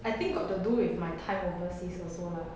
I think got to do with my time overseas also lah